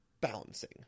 balancing